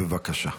בבקשה.